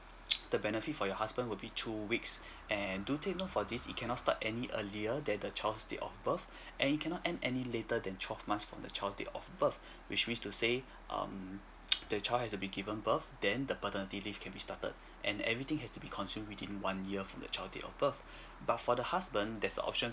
the benefit for your husband would be two weeks and do take note for this it cannot start any earlier than the child date of birth and it cannot end any later than twelve months from the child date of birth which means to say um the child has to be given birth then the paternity leave can be started and everything has to be consumed within one year from the child date of birth but for the husband there's a option